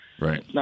Right